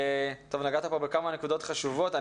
נגעת פה בכמה נקודות חשובות.